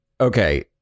Okay